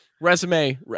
Resume